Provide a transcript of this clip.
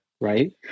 Right